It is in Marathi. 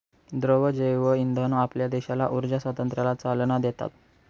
द्रव जैवइंधन आपल्या देशाला ऊर्जा स्वातंत्र्याला चालना देतात